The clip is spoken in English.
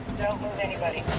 don't move anybody.